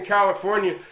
California